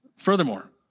Furthermore